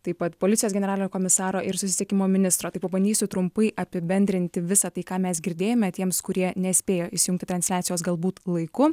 taip pat policijos generalinio komisaro ir susisiekimo ministro tai pabandysiu trumpai apibendrinti visą tai ką mes girdėjome tiems kurie nespėjo įsijungti transliacijos galbūt laiku